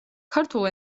ქართულ